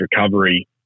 recovery